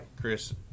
chris